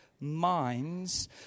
minds